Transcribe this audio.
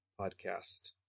podcast